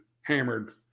hammered